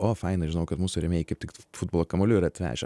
o faina žinau kad mūsų rėmėjai kaip tik futbolo kamuolių yra atvežę